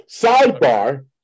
Sidebar